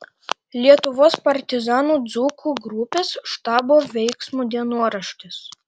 lietuvos partizanų dzūkų grupės štabo veiksmų dienoraštis